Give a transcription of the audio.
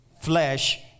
flesh